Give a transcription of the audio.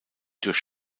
durch